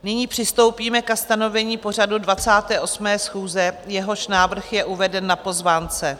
Nyní přistoupíme ke stanovení pořadu 28. schůze, jehož návrh je uveden na pozvánce.